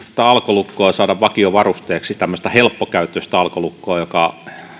alkolukkoa saada vakiovarusteeksi tämmöistä helppokäyttöistä alkolukkoa joka